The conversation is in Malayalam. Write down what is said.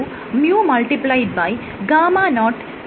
എന്ന് എഴുതുന്നതിന് സമാനമാണ്